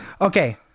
okay